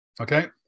Okay